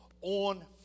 on